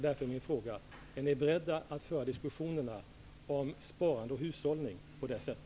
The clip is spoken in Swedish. Därför är min fråga: Är ni beredda att föra diskussioner om sparande och hushållning på det sättet?